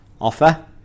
offer